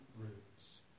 roots